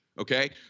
Okay